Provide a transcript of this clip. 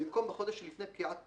במקום "בחודש שלפני פקיעת תוקפו"